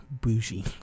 bougie